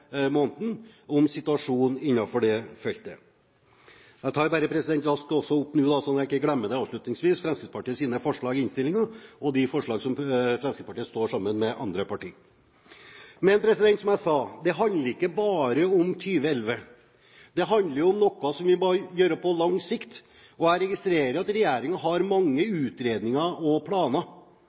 om situasjonen innenfor dette feltet. Jeg tar bare raskt opp – så jeg ikke glemmer det avslutningsvis – Fremskrittspartiets forslag i innstillingen, også de forslag der Fremskrittspartiet står sammen med andre partier. Men, som jeg sa: Det handler ikke bare om 2011, det handler om noe vi må gjøre på lang sikt. Og jeg registrerer at regjeringen har mange utredninger og planer,